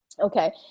Okay